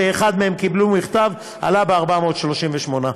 קיבלו מכתב, עלה ב-438.